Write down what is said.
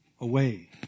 away